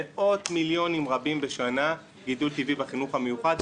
מאות מיליונים רבים בשנה גידול טבעי בחינוך המיוחד.